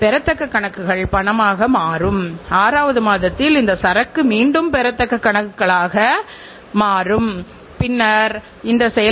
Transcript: எனவே தரக் கட்டுப்பாடு மற்றும் தொடர்ச்சியான தர அறிக்கைகளைத் தயாரிப்பது மிக முக்கியமான அங்கமாகும்